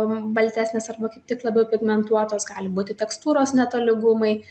baltesnės arba kaip tik labiau pigmentuotos gali būti tekstūros netolygumai